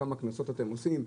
כמה קנסות אתם עושים.